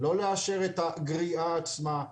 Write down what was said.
לא לאשר את הגריעה עצמה.